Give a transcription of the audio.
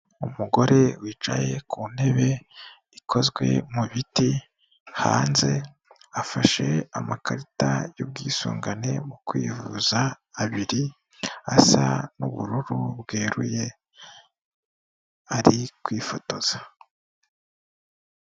Umugore wicaye ku ntebe ikozwe mu biti, hanze afashe amakarita y'ubwisungane mu kwivuza abiri, asa n'ubururu bweruye, ari kwifotoza.